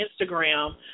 Instagram